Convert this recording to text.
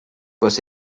was